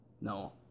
No